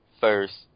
first